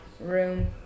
room